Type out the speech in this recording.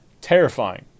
Terrifying